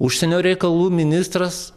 užsienio reikalų ministras